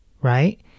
right